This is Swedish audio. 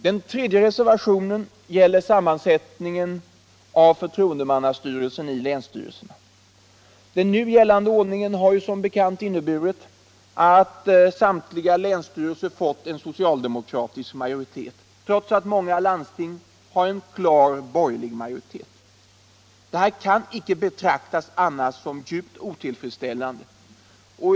Den tredje reservationen gäller sammansättningen av förtroendemannastyrelsen i länsstyrelserna. Den nu gällande ordningen har inneburit att regeringen haft möjlighet att ge samtliga länsstyrelser socialdemokratisk majoritet, trots att många landsting har en klar borgerlig majoritet. Detta kan inte betraktas som annat än djupt otillfredsställande.